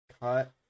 cut